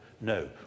No